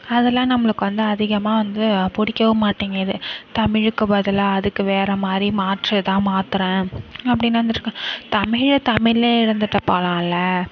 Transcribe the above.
அதெலாம் நம்பளுக்கு வந்து அதிகமாக வந்து பிடிக்கவும் மாட்டேங்குது தமிழுக்கு பதிலா அதுக்கு வேறு மாதிரி மாற்று எதா மாற்றுறேன் அப்படின் வந்துவிட்டு கா தமிழே தமிழே இருந்துவிட்டு போலாம்ல